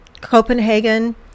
Copenhagen